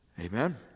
Amen